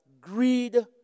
greed